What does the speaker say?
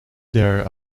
there